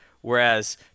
whereas